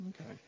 Okay